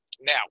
Now